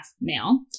male